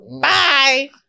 bye